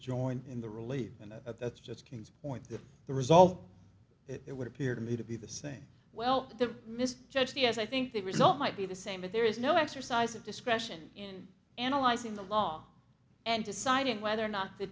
join in the relief and that's just king's point that the result it would appear to me to be the same well the mis judged yes i think the result might be the same but there is no exercise of discretion in analyzing the law and deciding whether or not the